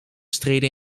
streden